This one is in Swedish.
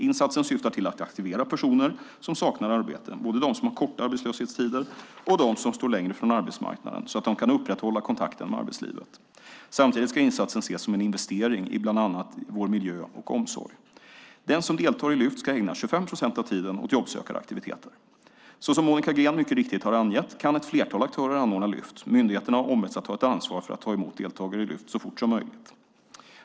Insatsen syftar till att aktivera personer som saknar arbete, både dem som har korta arbetslöshetstider och dem som står längre från arbetsmarknaden, så att de kan upprätthålla kontakten med arbetslivet. Samtidigt ska insatsen ses som en investering i bland annat vår miljö och omsorg. Den som deltar i Lyft ska ägna 25 procent av tiden åt jobbsökaraktiviteter. Såsom Monica Green mycket riktigt har angett kan ett flertal aktörer anordna Lyft. Myndigheterna har ombetts att ta ett ansvar för att ta emot deltagare i Lyft så fort som möjligt.